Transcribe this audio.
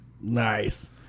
Nice